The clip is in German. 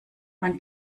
man